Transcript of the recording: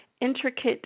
intricate